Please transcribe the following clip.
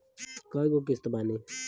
कय गो किस्त बानी?